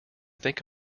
think